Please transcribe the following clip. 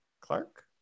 Clark